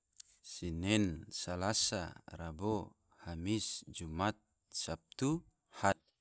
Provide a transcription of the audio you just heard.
Senen, salasa, rabo, hamis, jumat, sabtu, ahad